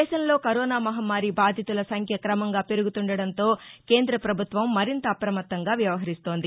దేశంలో కరోనా మహమ్మారి బాధితుల సంఖ్య క్రమంగా పెరుగుతుందటంతో కేంద్ర ప్రభుత్వం మరింత అప్రమత్తంగా వ్యవహరిస్తోంది